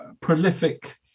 prolific